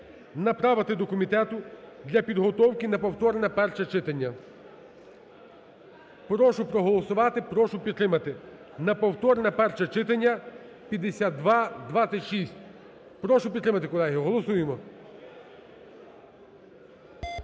направити до комітету для підготовки на повторне перше читання. Прошу проголосувати. Прошу підтримати. На повторне перше читання 5226. Прошу підтримати, колеги. Голосуємо.